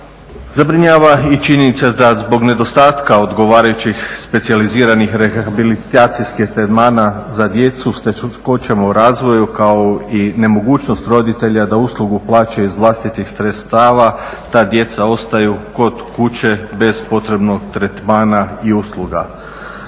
Zabrinjava i činjenica da zbog nedostatka odgovarajućih specijaliziranih rehabilitacijskih tretmana za djecu s teškoćama u razvoju kao i nemogućnost roditelja da uslugu plaća iz vlastitih sredstava ta djeca ostaju kod kuće bez potrebnog tretmana i usluga.